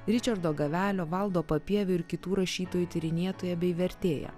ričardo gavelio valdo papievio ir kitų rašytojų tyrinėtoja bei vertėja